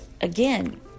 again